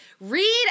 Read